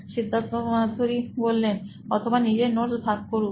সিদ্ধার্থ মাতু রি সি ই ও নোইন ইলেক্ট্রনিক্স অথবা নিজের নোটস ভাগ করুক